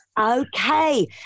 okay